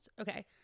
Okay